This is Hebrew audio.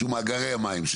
שהוא מאגרי המים.